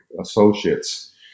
associates